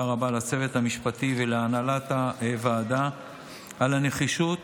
רבה לצוות המשפטי ולהנהלת הוועדה על הנחישות